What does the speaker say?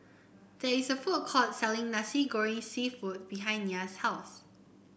there is a food court selling Nasi Goreng seafood behind Nya's house